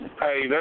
hey